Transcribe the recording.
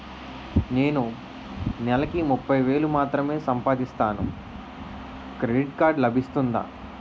నేను నెల కి ముప్పై వేలు మాత్రమే సంపాదిస్తాను క్రెడిట్ కార్డ్ లభిస్తుందా?